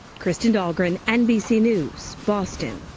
kristen dahlgren, nbc news, boston.